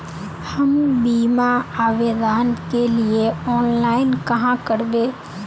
हम बीमा आवेदान के लिए ऑनलाइन कहाँ करबे?